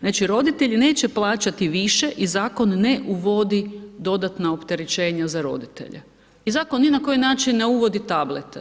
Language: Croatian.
Znači roditelji neće plaćati više i zakon ne uvodi dodatna opterećenja za roditelje i zakon ni na koji način ne uvodi tablete.